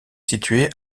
situé